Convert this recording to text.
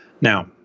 Now